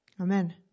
Amen